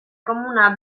komuna